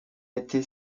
été